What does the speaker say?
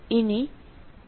ഇനി ഈ 3